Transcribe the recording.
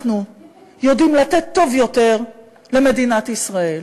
אנחנו יודעים לתת טוב יותר למדינת ישראל.